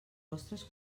vostres